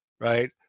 right